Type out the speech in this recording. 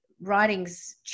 writings